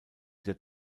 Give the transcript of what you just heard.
der